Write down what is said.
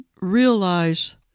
realize